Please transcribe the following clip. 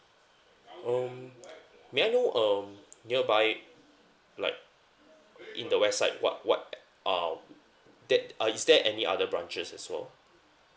um may I know um nearby like in the west side what what uh that uh is there any other branches as well